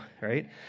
right